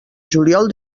juliol